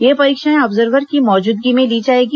ये परीक्षाएं ऑब्जर्वर की मौजूदगी में ली जाएगी